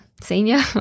senior